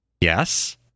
yes